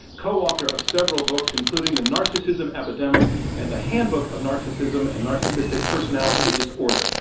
coauthor of several books, including the narcissism epidemic and the handbook of narcissism and narcissistic personality disorder.